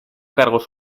cargos